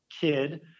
kid